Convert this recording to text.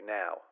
now